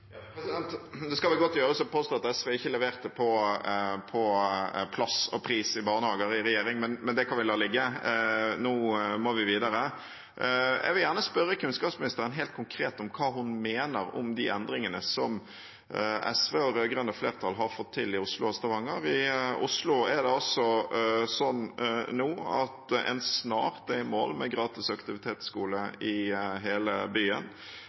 Det skal vel godt gjøres å påstå at SV ikke leverte på plass og pris i barnehage i regjering, men det kan vi la ligge. Nå må vi videre. Jeg vil gjerne spørre kunnskapsministeren helt konkret om hva hun mener om de endringene som SV og det rød-grønne flertallet har fått til i Oslo og Stavanger. I Oslo er det nå slik at en snart er i mål med gratis aktivitetsskole i hele byen.